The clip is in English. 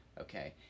okay